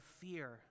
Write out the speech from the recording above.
fear